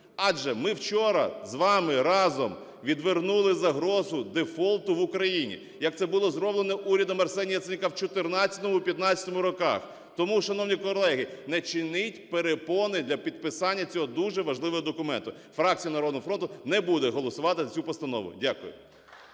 адже ми вчора з вами разом відвернули загрозу дефолту в Україні, як це було зроблено урядом Арсенія Яценюка в 14-15 роках. Тому, шановні колеги, не чиніть перепони для підписання цього дуже важливого документу. Фракція "Народного фронту " не буде голосувати за цю постанову. Дякую.